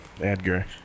Edgar